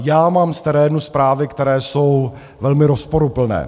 Já mám z terénu zprávy, které jsou velmi rozporuplné.